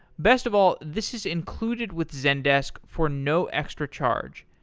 best of all, this is included with zendesk for no extra charge.